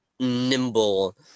Nimble